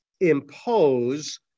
impose